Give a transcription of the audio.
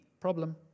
problem